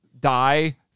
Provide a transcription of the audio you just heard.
die